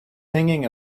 singing